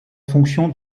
fonction